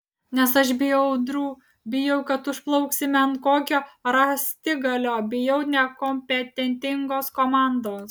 nes aš bijau audrų bijau kad užplauksime ant kokio rąstigalio bijau nekompetentingos komandos